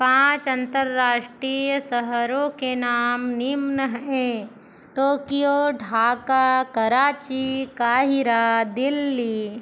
पाँच अंतरराष्ट्रीय शहरों के नाम निम्न हैं टोक्यो ढाका कराची काहिरा दिल्ली